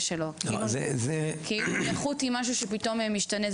שלו כאילו אם הנכות היא משהו שפתאום משתנה.